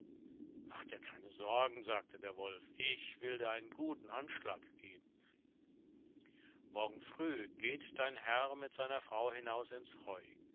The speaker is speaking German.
mach dir keine sorgen sagte der wolf ich will dir einen guten anschlag geben morgen früh geht dein herr mit seiner frau hinaus ins heu